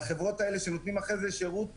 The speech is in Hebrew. לחברות האלה שאחר כך נותנות שירות לתלמידים,